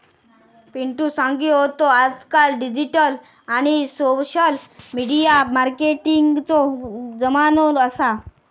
पिंटु सांगी होतो आजकाल डिजिटल आणि सोशल मिडिया मार्केटिंगचो जमानो असा